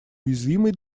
уязвимой